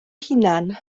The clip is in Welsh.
hunan